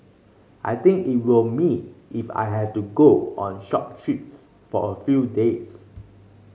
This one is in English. I think it will me if I have to go on short trips for a few days